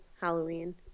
Halloween